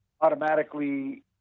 automatically